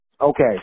Okay